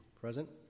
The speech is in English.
Present